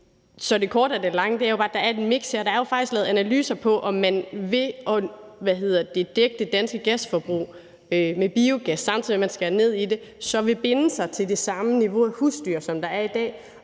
Så det korte af det lange er bare, at der er et miks her. Der er jo faktisk lavet analyser på, om man ved at dække det danske gasforbrug med biogas, samtidig med at man skærer ned i det, så vil binde sig til det samme niveau af husdyr, som der er i dag,